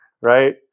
right